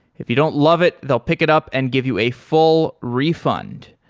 if you don't love it, they'll pick it up and give you a full refund.